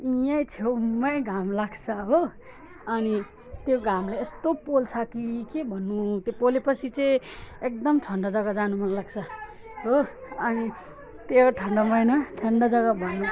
यही छेउमै घाम लाग्छ हो अनि त्यो घामले यस्तो पोल्छ कि के भन्नु त्यो पोलेपछि चाहिँ एकदम ठन्डा जग्गा जानु मनलाग्छ हो अनि त्यो ठन्डा महिना ठन्डा जग्गा भन्नु